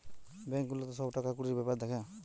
bank গুলাতে সব টাকা কুড়ির বেপার দ্যাখে